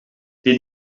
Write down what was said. die